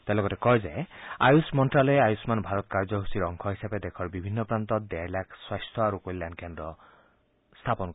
তেওঁ লগতে কয় যে আয়ুষ মন্তালয়ে আয়ুষ্ণান ভাৰত কাৰ্যসূচীৰ অংশ হিচাপে দেশৰ বিভিন্ন প্ৰান্তত ডেৰ লাখ স্বাস্থ্য আৰু কল্যাণ কেন্দ্ৰ স্থাপন কৰিব